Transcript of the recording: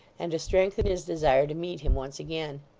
and to strengthen his desire to meet him once again.